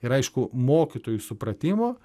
ir aišku mokytojų supratimo